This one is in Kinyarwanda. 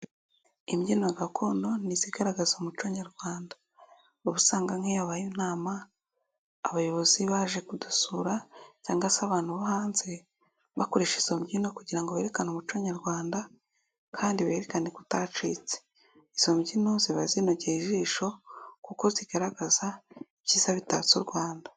Imbyino gakondo ni izigaragaza umuco Nyarwanda uba usanga nk'iyo habaye inama abayobozi baje kudusura cyangwa se abantu bo hanze, bakoresha izo mbyino kugira ngo berekane umuco Nyarwanda, kandi berekane ko utacitse. Izo mbyino ziba zinogeye ijisho kuko zigaragaza ibyiza bitatse u Rwanda.